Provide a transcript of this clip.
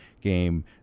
game